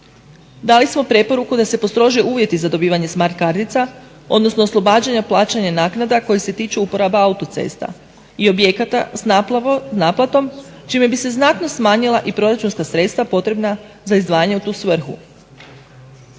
Dali smo preporuku da se postrože uvjeti za dobivanje smart kartica, odnosno oslobađanja plaćanja naknada koje se tiču uporaba autocesta i objekata s naplatom čime bi se znatno smanjila i proračunska sredstva potrebna za izdvajanje u tu svrhu.